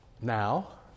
now